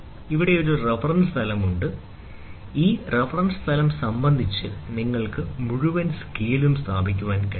ഇവിടെ ഒരു റഫറൻസ് തലം ഉണ്ട് ഈ റഫറൻസ് തലം സംബന്ധിച്ച് നിങ്ങൾക്ക് മുഴുവൻ സ്കെയിലും സ്ഥാപിക്കാൻ കഴിയും